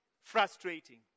Frustrating